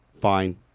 Fine